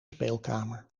speelkamer